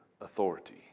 authority